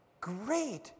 Great